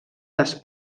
les